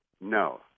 no